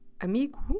amigo